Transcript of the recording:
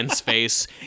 face